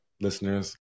listeners